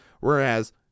Whereas